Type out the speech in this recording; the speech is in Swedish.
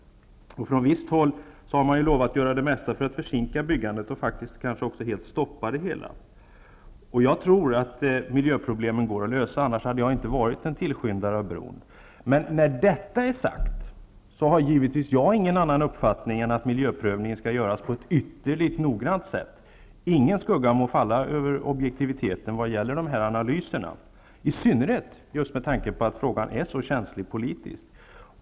Från visst håll har man lovat att göra det mesta för att försinka byggandet och kanske också stoppa det hela. Jag tror att miljöproblemen går att lösa, annars hade jag inte varit en tillskyndare av bron. Men när detta är sagt har jag givetvis ingen annan uppfattning än att miljöprövningen skall göras på ett ytterligt noggrant sätt. Ingen skugga må falla över objektiviteten vad gäller dessa analyser, i synnerhet med tanke på att frågan är så känslig politiskt.